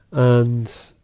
and, ah,